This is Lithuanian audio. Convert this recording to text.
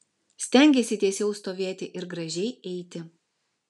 stengiesi tiesiau stovėti ir gražiai eiti